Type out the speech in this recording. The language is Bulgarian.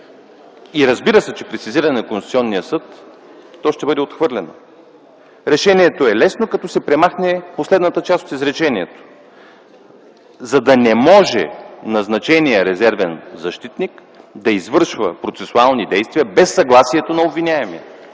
И разбира се, че при сезиране на Конституционния съд, то ще бъде отхвърлено. Решението е лесно като се премахне последната част от изречението: за да не може назначеният резервен защитник да извършва процесуални действия без съгласието на обвиняемия.